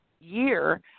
year